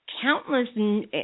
countless